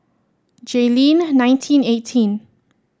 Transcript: Jayleen nineteen eighteen